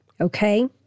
Okay